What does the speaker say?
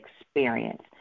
experience